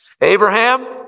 Abraham